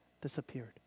disappeared